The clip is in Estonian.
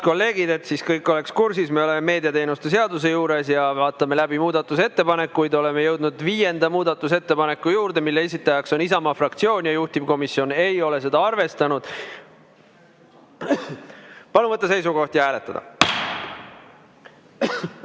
kõik oleks kursis: me oleme meediateenuste seaduse juures ja vaatame läbi muudatusettepanekuid. Oleme jõudnud viienda muudatusettepaneku juurde, mille esitajaks on Isamaa fraktsioon ja juhtivkomisjon ei ole seda arvestanud. Palun võtta seisukoht ja hääletada!